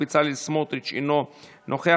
בצלאל סמוטריץ' אינו נוכח,